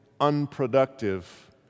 unproductive